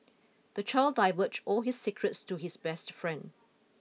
the child divulged all his secrets to his best friend